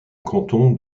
canton